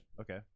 Okay